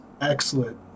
excellent